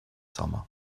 summer